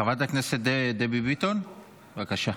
חברת הכנסת דבי ביטון, בבקשה.